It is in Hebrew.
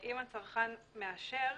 אם הצרכן מאשר